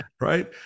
Right